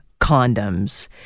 condoms